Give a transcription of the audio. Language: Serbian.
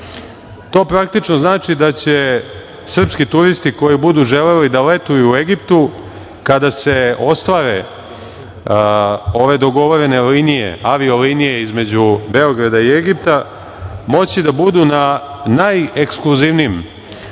praktično znači da će srpski turisti koji budu želeli da letuju u Egiptu, kada se ostvare ove dogovorene linije, avio linije između Beograda i Egipta, moći da budu na najekskluzivnijim